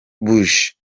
buji